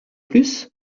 plus